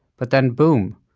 but then, boom,